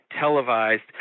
televised